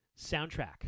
Soundtrack